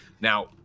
now